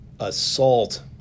assault